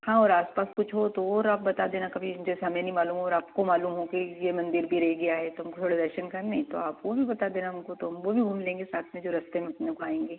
हाँ और आस पास कुछ हो तो ओर आप बता देना कभी जैसे हमें नहीं मालूम और आपको मालूम हो कि ये मंदिर भी रह गया है तो हम थोड़े दर्शन कर लें तो आप वो भी बता देना हमको तो हम वो भी घूम लेंगे साथ में जो रास्ते में अपने को आएंगे